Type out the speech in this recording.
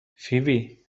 فیبی